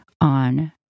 on